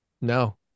No